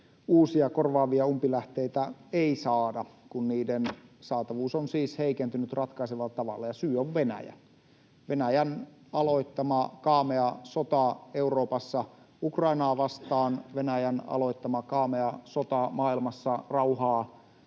uusia korvaavia umpilähteitä ei saada. Niiden saatavuus on siis heikentynyt ratkaisevalla tavalla. Syy on Venäjä. Venäjän aloittama kaamea sota Euroopassa Ukrainaa vastaan, Venäjän aloittama kaamea sota maailmassa rauhaa